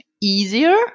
easier